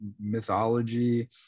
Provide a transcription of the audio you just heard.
mythology